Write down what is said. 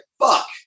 fuck